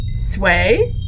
Sway